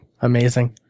amazing